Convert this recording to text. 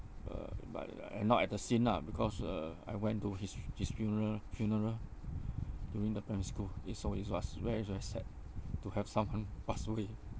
uh but I~ I'm not at the scene lah because uh I went to his his funeral funeral during the primary school is so it was very very sad to have someone passed away